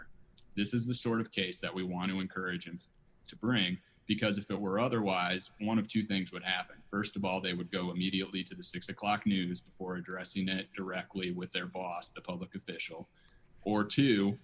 or this is the sort of case that we want to encourage him to bring because if it were otherwise one of two things would happen st of all they would go mediately to the six o'clock news before addressing it directly with their boss the public official or